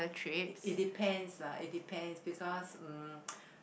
it depends lah it depends because um